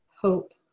hope